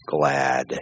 glad